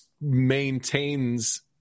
maintains